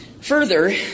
Further